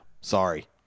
Sorry